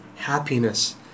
happiness